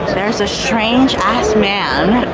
there is a strange ass man,